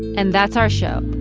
and that's our show.